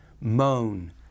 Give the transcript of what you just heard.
moan